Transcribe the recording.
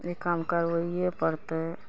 ई काम करबैये पड़तय